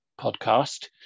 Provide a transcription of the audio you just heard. podcast